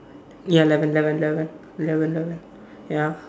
ya eleven eleven eleven eleven eleven ya